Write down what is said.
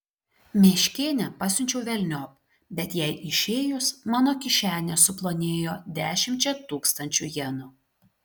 meškėnę pasiunčiau velniop bet jai išėjus mano kišenė suplonėjo dešimčia tūkstančių jenų